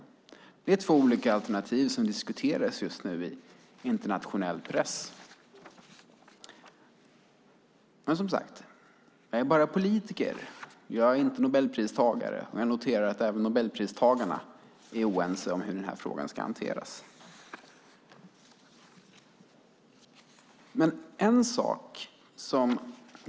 Det är två olika alternativ som diskuteras just nu i internationell press. Men som sagt är jag bara politiker och inte Nobelpristagare, och jag noterar att även Nobelpristagarna är oense om hur frågan ska hanteras.